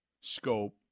scope